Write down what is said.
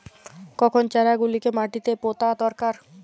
কখন চারা গুলিকে মাটিতে পোঁতা দরকার?